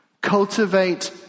Cultivate